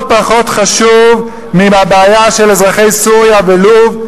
פחות חשוב מהבעיה של אזרחי סוריה ולוב,